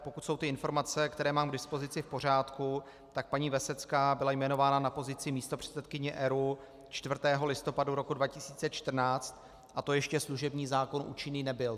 Pokud jsou ty informace, které mám k dispozici, v pořádku, tak paní Vesecká byla jmenována na pozici místopředsedkyně ERÚ 4. listopadu 2014 a to ještě služební zákon účinný nebyl.